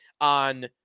on